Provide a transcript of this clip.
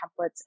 templates